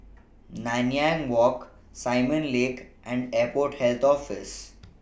Nanyang Walk Simon Lake and Airport Health Office